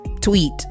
tweet